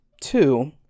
two